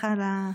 סליחה על,